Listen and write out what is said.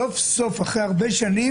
סוף סוף אחרי הרבה שנים,